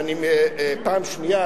ואני פעם שנייה,